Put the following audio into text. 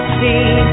see